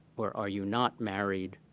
or are you not married,